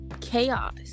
chaos